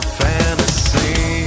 fantasy